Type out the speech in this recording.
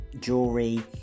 jewelry